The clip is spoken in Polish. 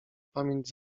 pamięć